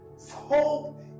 hope